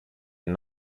and